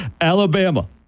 Alabama